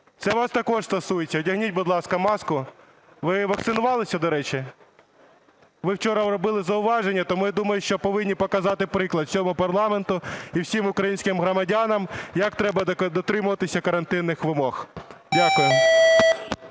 це вас також стосується, одягніть, будь ласка, маску. Ви вакцинувалися, до речі? Ви вчора робили зауваження, тому я думаю, що повинні показати приклад усьому парламенту і всім українським громадянам, як треба дотримуватися карантинних вимог. Дякую.